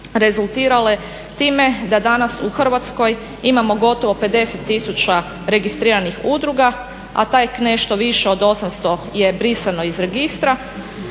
rezultirale time da danas u Hrvatskoj imamo gotovo 50 tisuća registriranih udruga, a tek nešto više od 800 je brisano iz registra